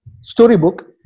storybook